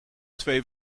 twee